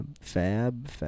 Fab